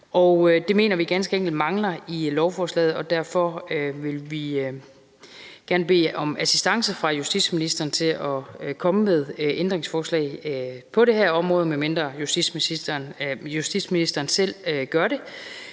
det mener vi ganske enkelt mangler i lovforslaget. Derfor vil vi gerne bede om assistance fra justitsministeren til at komme med ændringsforslag på det her område, medmindre justitsministeren selv gør det,